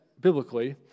biblically